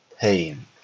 pain